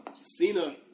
Cena